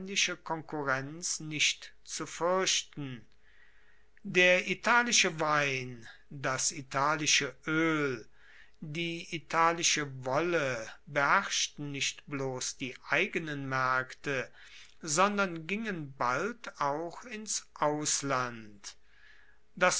konkurrenz nicht zu fuerchten der italische wein das italische oel die italische wolle beherrschten nicht bloss die eigenen maerkte sondern gingen bald auch ins ausland